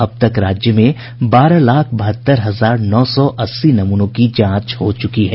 अब तक राज्य में बारह लाख बहत्तर हजार नौ सौ अस्सी नमूनों की जांच हो चुकी है